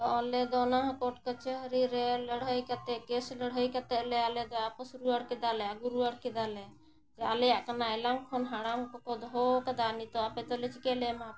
ᱛᱚ ᱟᱞᱮ ᱫᱚ ᱚᱱᱟ ᱦᱚᱸ ᱠᱳᱴ ᱠᱟᱹᱪᱷᱟᱹᱨᱤ ᱨᱮ ᱞᱟᱹᱲᱦᱟᱹᱭ ᱠᱟᱛᱮᱫ ᱠᱮᱥ ᱞᱟᱹᱲᱦᱟᱹᱭ ᱠᱟᱛᱮᱫ ᱞᱮ ᱟᱞᱮ ᱫᱚ ᱟᱯᱚᱥ ᱨᱩᱣᱟᱹᱲ ᱠᱮᱫᱟᱞᱮ ᱟᱹᱜᱩ ᱨᱩᱣᱟᱹᱲ ᱠᱮᱫᱟᱞᱮ ᱟᱞᱮᱭᱟᱜ ᱠᱟᱱᱟ ᱮᱱᱟᱝ ᱠᱷᱚᱱ ᱦᱟᱲᱟᱢ ᱠᱚᱠᱚ ᱫᱚᱦᱚᱣ ᱠᱟᱫᱟ ᱱᱤᱛᱳᱜ ᱟᱯᱮ ᱫᱚᱞᱮ ᱪᱤᱠᱟᱹᱞᱮ ᱮᱢᱟᱯᱮᱭᱟ